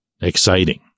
exciting